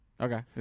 Okay